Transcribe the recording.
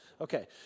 Okay